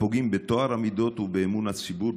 הפוגעים בטוהר המידות ובאמון הציבור,